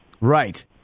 Right